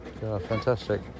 fantastic